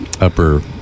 upper